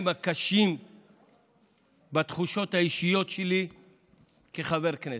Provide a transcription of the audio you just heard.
הקשים בתחושות האישיות שלי כחבר כנסת.